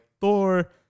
Thor